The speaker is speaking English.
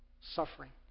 suffering